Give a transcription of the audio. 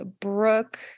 Brooke